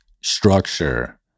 structure